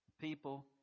people